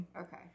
Okay